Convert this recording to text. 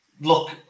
look